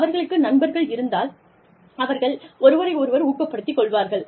அவர்களுக்கு நண்பர்கள் இருந்தால் இருந்தால் அவர்கள் ஒருவரை ஒருவர் ஊக்கப்படுத்திக் கொள்வார்கள்